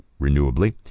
renewably